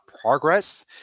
progress